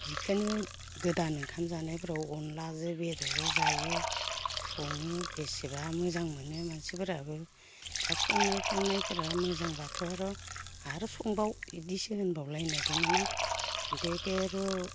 बिखोनो गोदान ओंखाम जानायफोराव अनद्लाजो बेदरजो जायो सङो बेसेबा मोजां मोनो मानसिफोराबो दा संनाय खावनायफोरा मोजांब्लाथ' आर' आरो संबाव इदिसो होनबावलायनाय दङोना गुतिके आर'